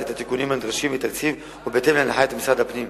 את התיקונים הנדרשים בתקציב ובהתאם להנחיות משרד הפנים.